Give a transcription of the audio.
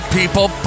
People